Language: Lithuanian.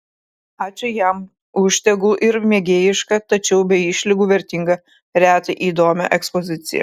ačiū jam už tegul ir mėgėjišką tačiau be išlygų vertingą retą įdomią ekspoziciją